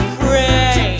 pray